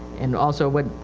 and also what,